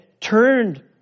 turned